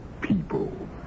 people